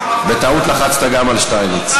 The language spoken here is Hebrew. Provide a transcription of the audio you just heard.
בטעות, בטעות לחצת גם על שטייניץ.